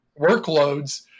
workloads